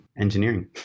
engineering